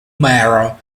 mara